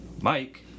Mike